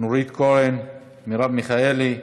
נורית קורן, מרב מיכאלי,